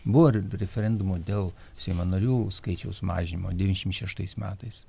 buvo referendumo dėl seimo narių skaičiaus mažinimo devyniasdešim šeštais metais